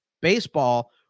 Baseball